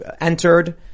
entered